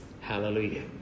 Hallelujah